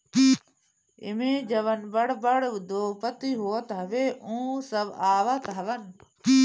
एमे जवन बड़ बड़ उद्योगपति होत हवे उ सब आवत हवन